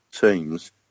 teams